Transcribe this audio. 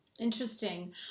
Interesting